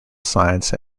science